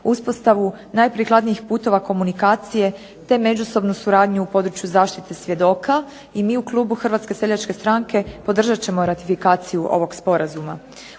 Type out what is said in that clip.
uspostavu najprikladnijih putova komunikacije, te međusobnu suradnju u području zaštite svjedoka. I mi u klubu HSS-a podržat ćemo ratifikaciju ovog sporazuma.